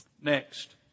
Next